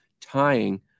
tying